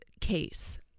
case